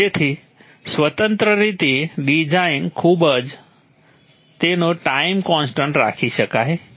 જેથી સ્વતંત્ર રીતે ડિઝાઇન મુજબ તેનો ટાઈમ કોન્સટન્ટ રાખી શકાય છે